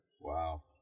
wow